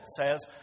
says